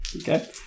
Okay